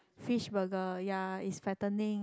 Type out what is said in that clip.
fish burger ya it's fattening